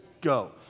go